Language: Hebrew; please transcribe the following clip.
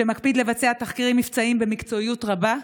שמקפיד לבצע תחקירים מבצעיים במקצועיות רבה.